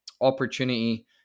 opportunity